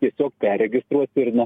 tiesiog perregistruos ir na